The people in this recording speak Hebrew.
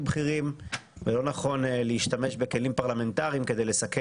בכירים ולא נכון להשתמש בכלים פרלמנטריים כדי לסכל